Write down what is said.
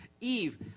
Eve